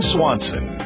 Swanson